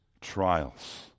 trials